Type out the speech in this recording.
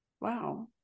Wow